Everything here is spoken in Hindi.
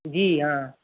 जी हाँ